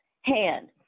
hand